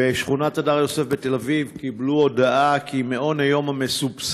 בשכונת הדר יוסף בתל אביב קיבלו הודעה כי מעון היום המסובסד